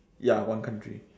ya one country